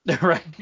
right